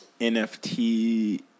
NFT